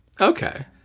Okay